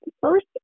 first